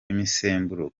imisemburo